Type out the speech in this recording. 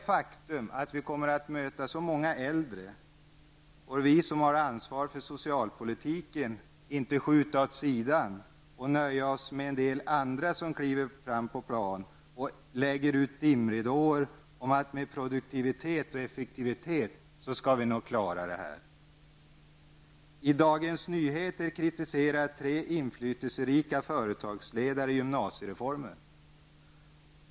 Det faktum att vi kommer att möta så många äldre får vi som har ansvar för socialpolitiken inte skjuta åt sidan. Vi får inte nöja oss med en del andra som kliver fram på plan och lägger ut dimridåer om att man med produktivitet och effektivitet nog skall klara detta. I Dagens Nyheter kritiserar tre inflytelserika företagsledare gymnasiereformen.